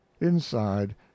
inside